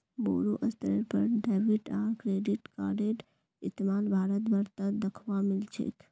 बोरो स्तरेर पर डेबिट आर क्रेडिट कार्डेर इस्तमाल भारत भर त दखवा मिल छेक